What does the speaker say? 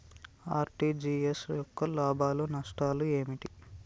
RTGS యొక్క లాభాలు నష్టాలు ఏమిటి?